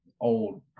old